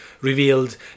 revealed